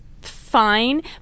fine